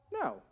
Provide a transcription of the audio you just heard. No